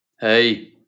Hey